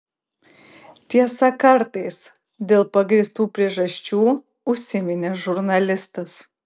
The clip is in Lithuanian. tiesa kartais dėl pagrįstų priežasčių užsiminė žurnalistas